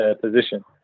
position